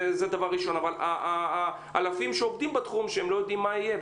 אבל אלפים שעובדים בתחום ולא יודעים מה יהיה,